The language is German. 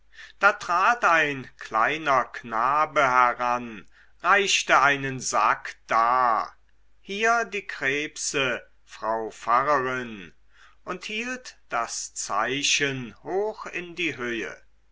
da trat ein kleiner knabe heran reichte einen sack dar hier die krebse frau pfarrerin und hielt das zeichen hoch in die höhe